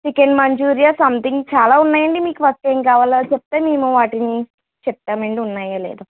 chicken manchurian something చాలా ఉన్నాయండి మీకు ఫస్ట్ ఏం కావాలో అది చెప్తే మేము వాటిని చెప్తామండి ఉన్నాయో లేదో